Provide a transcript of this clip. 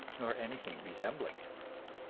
nor anything resembling it.